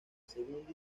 segunda